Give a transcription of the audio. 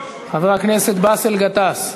חבר הכנסת באסל גטאס.